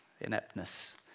Ineptness